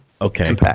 Okay